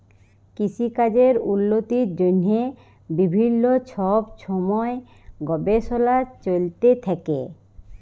কিসিকাজের উল্লতির জ্যনহে বিভিল্ল্য ছব ছময় গবেষলা চলতে থ্যাকে